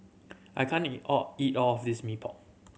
I can't eat all eat all of this Mee Pok